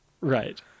Right